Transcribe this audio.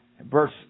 Verse